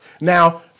Now